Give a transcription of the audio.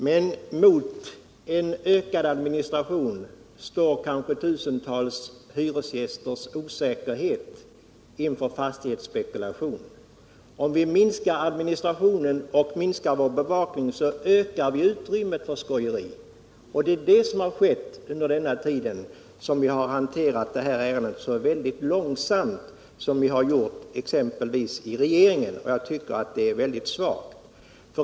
Men mot en ökad administration står kanske tusentals hyresgästers säkerhet inför fastighetsspekulation, och om vi minskar administrationen och minskar vår bevakning, ökar vi samtidigt utrymmet för skojeri. Det är ju det som har skett under den tid som det här ärendet har behandlats. Det har gått långsamt, exempelvis hanteringen i regeringen, och jag tycker det är svagt.